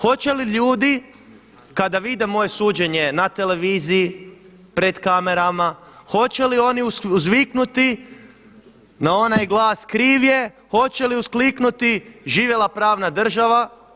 Hoće li ljudi kada vide moje suđenje na televiziji, pred kamerama hoće li oni uzviknuti na onaj glas „Kriv je“, hoće li uskliknuti „Živjela pravna država?